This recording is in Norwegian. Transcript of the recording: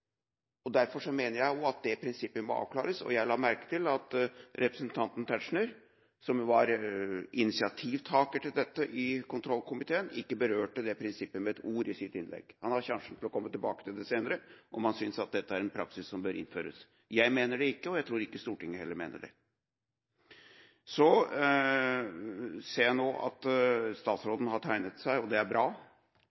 gjelder. Derfor mener jeg at dette prinsippet må avklares. Jeg la merke til at representanten Tetzschner, som var initiativtaker til dette i kontroll- og konstitusjonskomiteen, ikke berørte dette prinsippet med et ord i sitt innlegg. Han har sjansen til å komme tilbake til det senere, om han synes at dette er en praksis som bør innføres. Jeg mener ikke det, og jeg tror heller ikke Stortinget mener det. Jeg ser at